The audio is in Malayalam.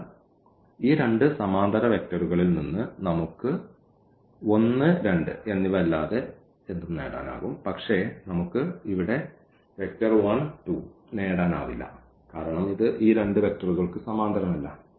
അതിനാൽ ഈ രണ്ട് സമാന്തര വെക്റ്ററുകളിൽ നിന്ന് നമുക്ക് 1 2 എന്നിവ അല്ലാതെ എന്തും നേടാനാകും പക്ഷേ നമുക്ക് ഇവിടെ 1 2 നേടാനാവില്ല കാരണം ഇത് ഈ രണ്ട് വെക്റ്ററുകൾക്ക് സമാന്തരമല്ല